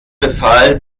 befahl